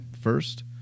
first